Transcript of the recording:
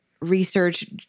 research